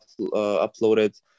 uploaded